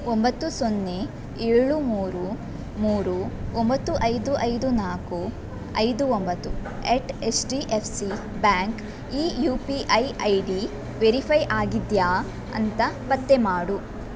ಒಂಬತ್ತು ಸೊನ್ನೆ ಏಳು ಮೂರು ಮೂರು ಒಂಬತ್ತು ಐದು ಐದು ನಾಲ್ಕು ಐದು ಒಂಬತ್ತು at S D F C bank ಈ U P I I D verify ಆಗಿದೆಯಾ ಅಂತ ಪತ್ತೆ ಮಾಡು